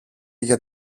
για